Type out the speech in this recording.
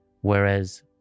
whereas